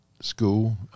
school